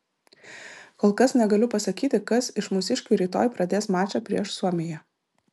kol kas negaliu pasakyti kas iš mūsiškių rytoj pradės mačą prieš suomiją